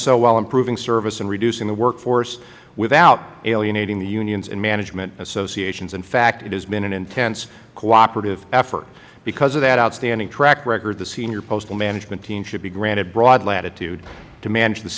so while improving service and reducing the work force without alienating the unions and management associations in fact it has been an intense cooperative effort because of that outstanding track record the senior postal management team should be granted broad latitude to manage the